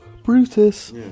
Brutus